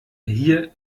hier